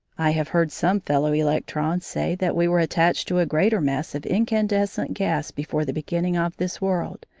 i have heard some fellow-electrons say that we were attached to a greater mass of incandescent gas before the beginning of this world,